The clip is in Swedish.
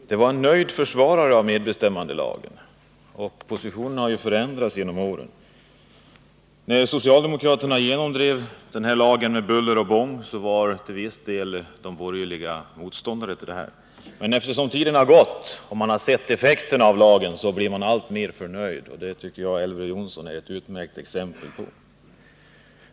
Herr talman! Elver Jonsson är en nöjd försvarare av medbestämmandelagen. Positionerna har förändrats under åren. När socialdemokraterna med buller och bång genomdrev medbestämmandelagen var de borgerliga till viss del motståndare till den. Men vartefter tiden har gått och de har sett effekterna av lagen blir de alltmer nöjda. Det tycker jag Elver Jonsson är ett utmärkt exempel på.